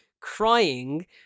crying